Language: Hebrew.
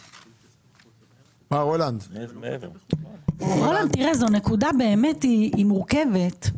רולנד, זו נקודה באמת מורכבת.